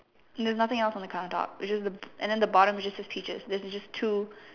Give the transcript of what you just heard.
there's nothing else on the counter top it's just the and then the bottom it just says peaches this is just two